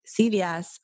CVS